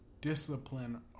discipline